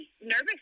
nervous